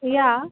या